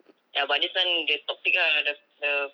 ya but this one dia toxic ah the the